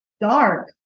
dark